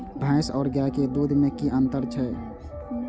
भैस और गाय के दूध में कि अंतर छै?